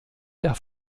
der